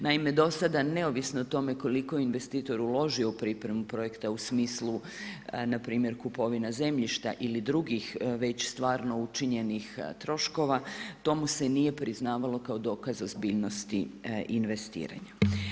Naime, do sada neovisno o tome koliko je investitor uložio u pripremu projekta u smislu npr. kupovina zemljišta ili drugih već stvarno učinjenih troškova to mu se nije priznavalo kao dokaz ozbiljnosti investiranja.